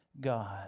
God